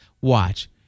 watch